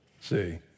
See